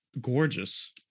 gorgeous